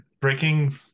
breaking